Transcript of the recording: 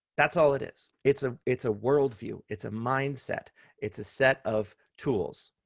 that's all it is. it's ah it's a worldview it's a mindset it's a set of tools.